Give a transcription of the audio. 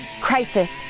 crisis